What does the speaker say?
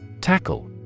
Tackle